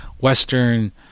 Western